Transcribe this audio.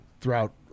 throughout